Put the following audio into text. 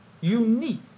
Unique